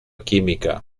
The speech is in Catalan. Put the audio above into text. química